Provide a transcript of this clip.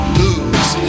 lose